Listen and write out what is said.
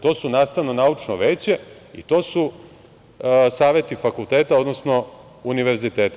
To su nastavno-naučno veće i to su saveti fakulteta, odnosno univerziteta.